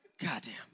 Goddamn